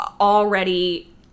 already